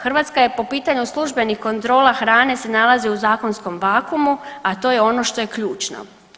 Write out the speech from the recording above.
Hrvatska je po pitanju službenih kontrola hrane se nalazi u zakonskom vakumu, a to je ono što je ključno.